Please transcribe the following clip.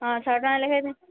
ହଁ ଛଅଟଙ୍କା ଲେଖା